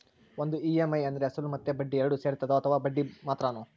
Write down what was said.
ಒಂದು ಇ.ಎಮ್.ಐ ಅಂದ್ರೆ ಅಸಲು ಮತ್ತೆ ಬಡ್ಡಿ ಎರಡು ಸೇರಿರ್ತದೋ ಅಥವಾ ಬರಿ ಬಡ್ಡಿ ಮಾತ್ರನೋ?